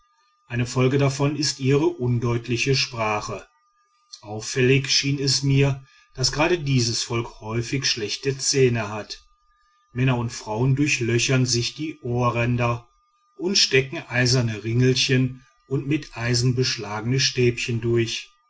eine folge davon ist ihre undeutliche sprache auffällig schien es mir daß gerade dieses volk häufig schlechte zähne hat männer und frauen durchlöchern sich die ohrränder und stecken eiserne ringelchen und mit eisen beschlagene stäbchen durch